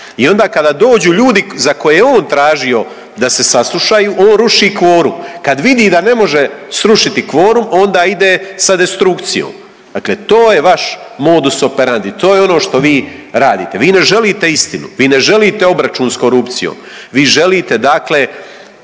i onda kada dođu ljudi za koje je on tražio da se saslušaju on ruši kvorum. Kad vidi da ne može srušiti kvorum onda ide sa destrukcijom. Dakle, to je vaš modus operandi, to je ono što vi radite. Vi ne želite istinu, vi ne želite obračun s korupcijom, vi želite ovu